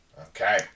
Okay